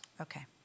Okay